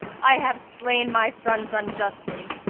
i have slain my sons unjustly.